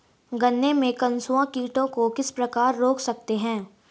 गन्ने में कंसुआ कीटों को किस प्रकार रोक सकते हैं?